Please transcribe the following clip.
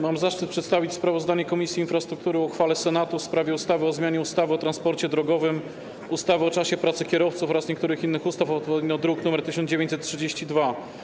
Mam zaszczyt przedstawić sprawozdanie Komisji Infrastruktury o uchwale Senatu w sprawie ustawy o zmianie ustawy o transporcie drogowym, ustawy o czasie pracy kierowców oraz niektórych innych ustaw, druk nr 1932.